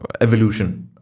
evolution